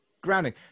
grounding